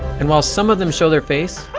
and while some of them show their face,